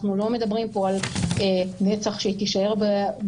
אנחנו לא מדברים פה על נצח שהיא תישאר בזה,